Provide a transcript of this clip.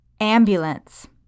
Ambulance